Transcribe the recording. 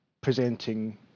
presenting